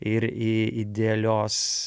ir i idealios